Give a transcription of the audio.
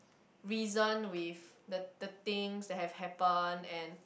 reason with the the things that have happen and